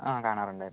ആ കാണാറുണ്ടായിരുന്നു